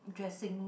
dressing